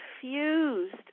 confused